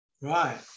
Right